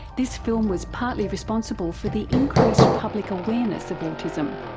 this film was partly responsible for the increased public awareness of autism.